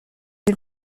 ils